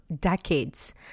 decades